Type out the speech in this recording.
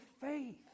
faith